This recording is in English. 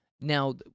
Now